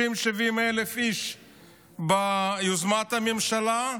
70,000 60,000 איש ביוזמת הממשלה,